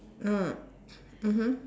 ah mmhmm